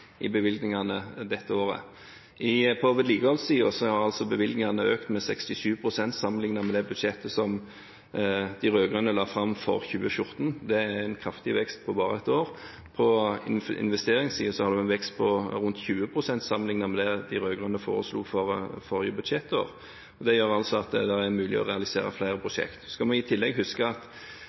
i bevilgningene dette året. På vedlikeholdssiden har bevilgningene økt med 67 pst. sammenlignet med budsjettet som de rød-grønne la fram for 2014. Det er en kraftig vekst på bare ett år. På investeringssiden har det vært en vekst på rundt 20 pst. sammenlignet med det de rød-grønne foreslo for forrige budsjettår. Det gjør at det er mulig å realisere flere prosjekter. Vi skal i tillegg huske at